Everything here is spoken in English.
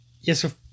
Yes